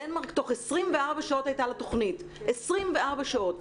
דנמרק תוך 24 שעות הייתה על התכנית 24 שעות,